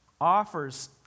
offers